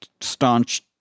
staunch